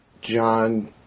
John